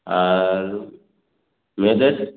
আর মেয়েদের